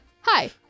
hi